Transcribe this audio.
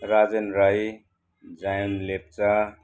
Rajen Rai Jayan Lepcha